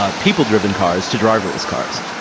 ah people-driven cars to driverless cars?